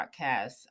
podcast